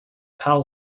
powell